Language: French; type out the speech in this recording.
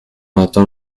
attend